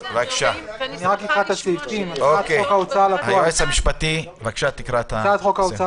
ואני שמחה לשמוע --- "הצעת חוק ההוצאה